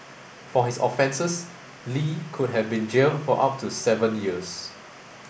for his offences Li could have been jailed for up to seven years